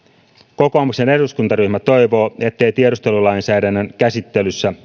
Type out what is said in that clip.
kokoomuksen eduskuntaryhmä toivoo ettei tiedustelulainsäädännön käsittelyssä